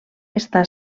està